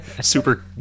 Super